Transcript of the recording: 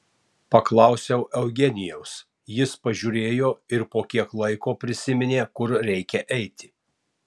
paklausiau eugenijaus jis pažiūrėjo ir po kiek laiko prisiminė kur reikia eiti